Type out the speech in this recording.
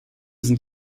sind